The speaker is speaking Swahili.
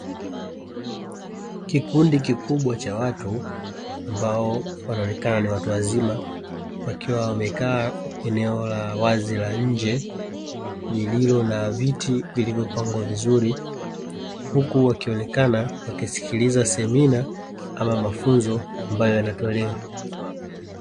Kikundi kikubwa cha watu ambao wanaonekana ni watu wazima, wakiwa wamekaa eneo la wazi la nje, lililo na viti vilivyopangwa vizuri, huku wakionekana wakisikiliza semina ama mafunzo ambayo yanatolewa.